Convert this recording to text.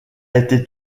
été